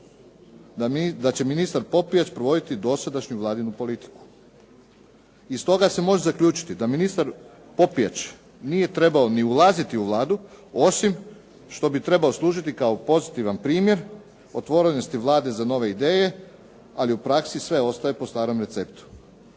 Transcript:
da će ministar Popijač provoditi dosadašnju vladinu politiku. Iz toga se može zaključiti da ministar Popijač nije trebao ni ulaziti u Vladu, osim što bi trebao služiti kao pozitivan primjer otvorenosti Vlade za nove ideje, ali u praksi sve ostaje po starom receptu.